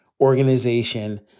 organization